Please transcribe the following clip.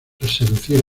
seducir